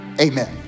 Amen